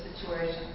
situation